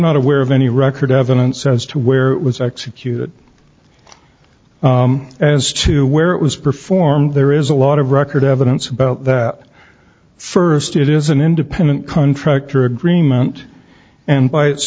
not aware of any record evidence as to where it was executed as to where it was performed there is a lot of record evidence about that first it is an independent contractor agreement and b